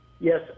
Yes